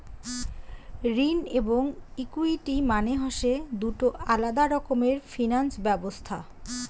ঋণ এবং ইকুইটি মানে হসে দুটো আলাদা রকমের ফিনান্স ব্যবছস্থা